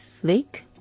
Flick